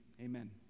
Amen